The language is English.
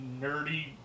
nerdy